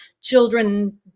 children